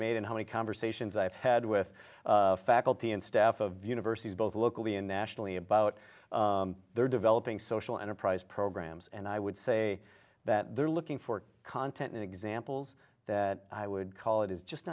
made and how many conversations i've had with faculty and staff of universities both locally and nationally about their developing social enterprise programs and i would say that they're looking for content and examples that i would call it is just